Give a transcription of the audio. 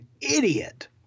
idiot